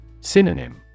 Synonym